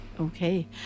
Okay